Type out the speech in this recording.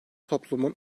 toplumun